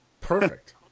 perfect